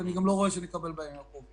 ואני גם לא רואה שנקבל בימים הקרובים.